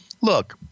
Look